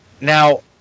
Now